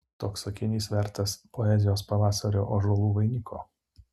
toks sakinys vertas poezijos pavasario ąžuolų vainiko